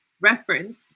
Reference